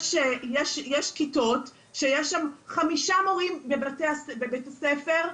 יש כיתות שיש שם חמישה מורים בבית הספר,